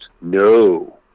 no